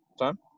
time